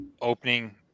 opening